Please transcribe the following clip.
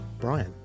Brian